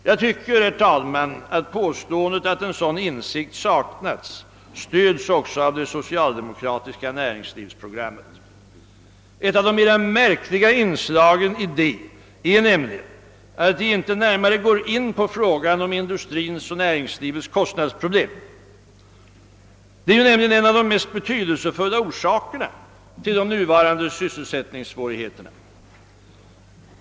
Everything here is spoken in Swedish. Jag tycker, herr talman, att påståendet att en sådan insikt saknats också stöds av det socialdemokratiska näringslivsprogrammet. Ett av de mera märkliga inslagen i detta är nämligen att det inte närmare går in på frågan om industrins och näringslivets kostnadsproblem, som är en av de mest betydelsefulla orsakerna till de nuvarande sysselsättningssvårigheterna.